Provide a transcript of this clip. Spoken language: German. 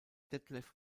detlef